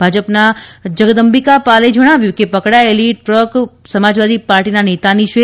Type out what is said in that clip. ભાજપના જગદંબિકા પાલે જણાવ્યું કે પકડાયેલી ટ્રક સમાજવાદી પાર્ટીના નેતાની છે